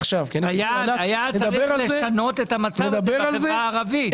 היה צריך לשנות את המצב הזה בחברה הערבית.